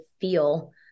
feel